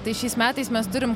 tai šiais metais mes turim